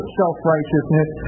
self-righteousness